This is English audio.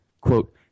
quote